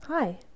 Hi